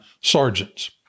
sergeants